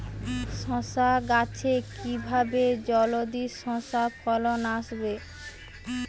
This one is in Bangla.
শশা গাছে কিভাবে জলদি শশা ফলন আসবে?